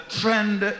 trend